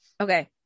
Okay